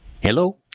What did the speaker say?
Hello